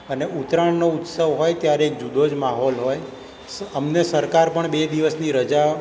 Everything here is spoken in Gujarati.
અને ઉત્તરાયણનો ઉત્સવ હોય ત્યારે જુદો જ માહોલ હોય સ અમને સરકાર પણ બે દિવસની રજા